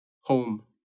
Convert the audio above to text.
home